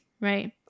right